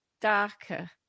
darker